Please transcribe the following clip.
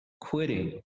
quitting